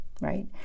right